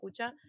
escucha